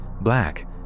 Black